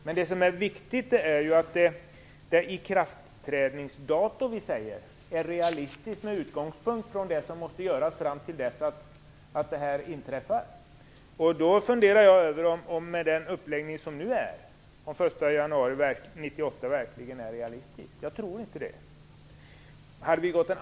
Men det som är viktigt är att det ikraftträdandedatum vi anger är realistiskt med utgångspunkt från det som måste göras fram till dess att detta inträffar. Jag undrar över om den 1 januari 1998 verkligen är realistiskt med den uppläggning som arbetet nu har. Jag tror inte det.